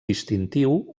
distintiu